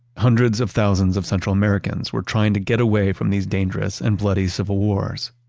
hundreds of thousands of central americans were trying to get away from these dangerous and bloody civil wars.